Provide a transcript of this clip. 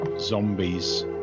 zombies